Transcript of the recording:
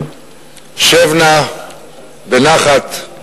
שב נא בנחת.